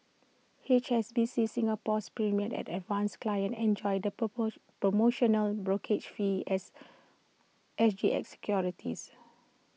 H S B C Singapore's premier and advance clients enjoy the promotional brokerage fee S S G X securities